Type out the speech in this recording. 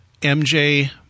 mj